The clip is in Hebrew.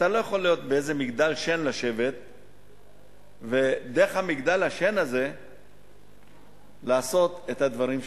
אתה לא יכול לשבת באיזה מגדל שן ודרך מגדל השן הזה לעשות את הדברים שלך,